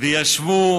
וישבו